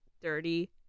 dirty